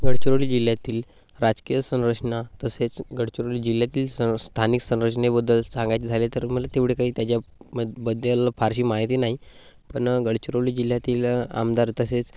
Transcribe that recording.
गडचिरोली जिल्ह्यातील राजकीय संरचना तसेच गडचिरोली जिल्ह्यातील सं स्थानिक संरचनेबद्दल सांगायचे झाले तर मला तेवढं काही त्याच्या म बद्दल फारशी माहिती नाही पण गडचिरोली जिल्ह्यातील आमदार तसेच